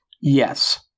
Yes